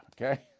okay